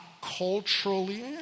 culturally